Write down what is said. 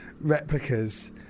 replicas